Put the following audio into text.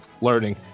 learning